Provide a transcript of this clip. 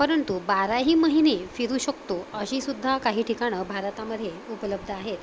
परंतु बाराही महिने फिरू शकतो अशीसुद्धा काही ठिकाणं भारतामध्ये उपलब्ध आहेत